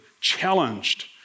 challenged